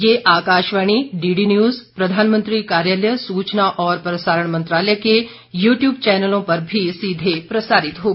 यह आकाशवाणी डीडीन्यूज प्रधानमंत्री कार्यालय सूचना और प्रसारण मंत्रालय के यू ट्यूब चैनलों पर भी सीधे प्रसारित होगा